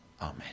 Amen